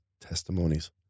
testimonies